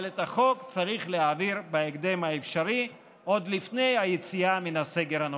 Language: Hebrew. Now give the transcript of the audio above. אבל את החוק צריך להעביר בהקדם האפשרי עוד לפני היציאה מן הסגר הנוכחי.